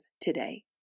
Today